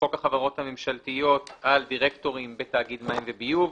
מחוק החברות הממשלתיות על דירקטורים בתאגיד מים וביוב.